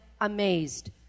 amazed